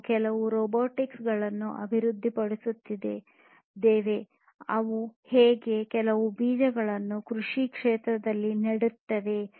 ನಾವೇ ಕೆಲವು ರೋಬೋಟ್ ಗಳನ್ನು ಅಭಿವೃದ್ಧಿಪಡಿಸಿದ್ದೇವೆ ಅದು ಹೋಗಿ ಕೆಲವು ಬೀಜಗಳನ್ನು ಕೃಷಿ ಕ್ಷೇತ್ರದಲ್ಲಿ ನೆಡುತ್ತದೆ